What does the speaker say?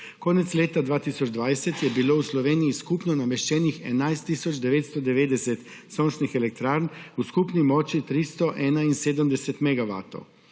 Konec leta 2020 je bilo v Sloveniji skupno nameščenih 11 tisoč 990 sončnih elektrarn v skupni moči 371